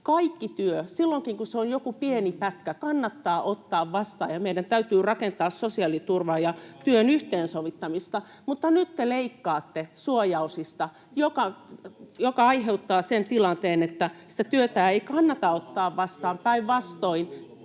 kaikki työ, silloinkin kun se on joku pieni pätkä, kannattaa ottaa vastaan. Meidän täytyy rakentaa sosiaaliturvan ja työn yhteensovittamista, mutta nyt te leikkaatte suojaosista, mikä aiheuttaa sen tilanteen, että työtä ei kannata ottaa vastaan.